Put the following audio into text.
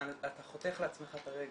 אתה חותך לעצמך את הרגל.